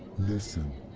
listen,